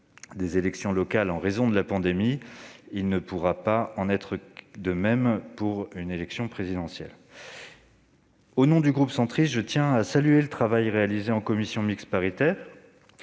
des élections locales en raison de la pandémie, il ne pourra pas en être de même pour une élection présidentielle. Au nom du groupe Union Centriste, je tiens à saluer le travail réalisé en commission mixte paritaire.